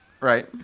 Right